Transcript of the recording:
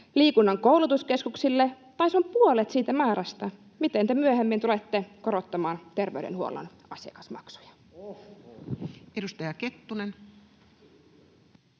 liikunnan koulutuskeskuksille, tai se on puolet siitä määrästä, miten te myöhemmin tulette korottamaan terveydenhuollon asiakasmaksuja. [Tuomas Kettunen: